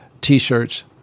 T-shirts